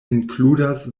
inkludas